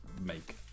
make